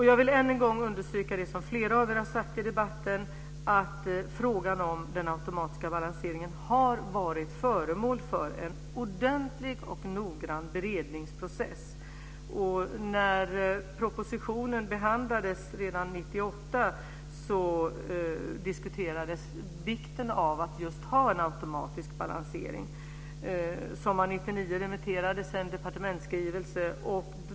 Jag vill än en gång understryka det som flera av er har sagt i debatten, nämligen att frågan om den automatiska balanseringen har varit föremål för en ordentlig och noggrann beredningsprocess. När propositionen behandlades redan 1998 diskuterades vikten av att just ha en automatisk balansering. Sommaren 1999 remitterades en departementsskrivelse.